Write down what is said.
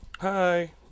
Hi